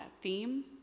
theme